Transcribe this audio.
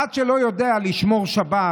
אחד שלא יודע לשמור שבת